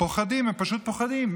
פוחדים, הם פשוט פוחדים: